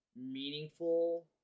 meaningful